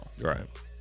Right